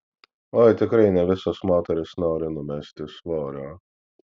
oi tikrai ne visos moterys nori numesti svorio